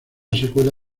secuela